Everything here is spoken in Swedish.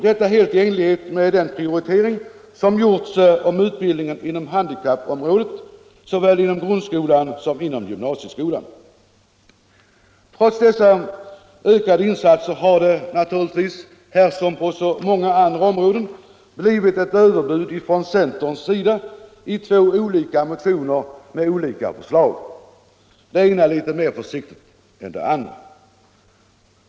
Detta är helt i enlighet med den prioritering som gjorts om utbildningen inom handikappområdet såväl inom grundskolan som inom gymnasieskolan. Trots dessa ökade insatser har det naturligtvis, här som på så många andra områden, blivit ett överbud från centerns sida i två olika motioner med olika förslag — det ena litet mera försiktigt än det andra.